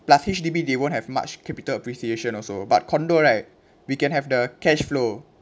but H_D_B they won't have much capital appreciation also but condo right we can have the cash flow